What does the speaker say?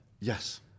Yes